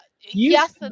yes